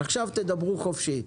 עכשיו תדברו חופשי.